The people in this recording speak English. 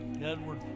Edward